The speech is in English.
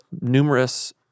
numerous